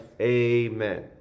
amen